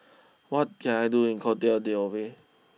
what can I do in Cote D'Ivoire